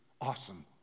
Awesome